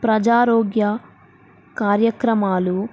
ప్రజారోగ్య కార్యక్రమాలు